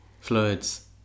Fluids